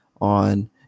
on